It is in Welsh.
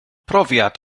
profiad